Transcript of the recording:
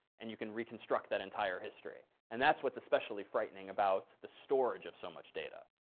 and you can reconstruct that entire history. and that's what's especially frightening about the storage of so much data.